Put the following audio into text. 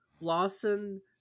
Lawson